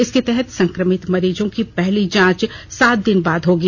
इसके तहत संक्रमित मरीजों की पहली जांच सात दिन बाद होगी